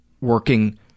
working